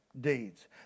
deeds